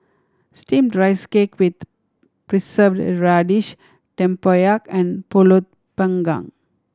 Steamed Rice Cake with Preserved Radish tempoyak and Pulut Panggang